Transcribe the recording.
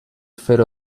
fer